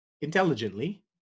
Intelligently